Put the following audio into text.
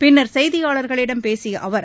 பின்னர் செய்தியாளர்களிடம் பேசிய அவர்